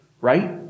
right